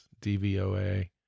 DVOA